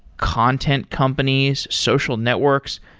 content companies, social networks.